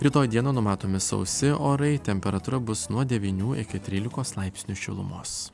rytoj dieną numatomi sausi orai temperatūra bus nuo devynių iki trylikos laipsnių šilumos